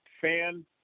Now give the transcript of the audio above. fan